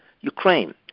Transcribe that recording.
Ukraine